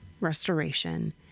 restoration